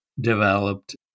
developed